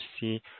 see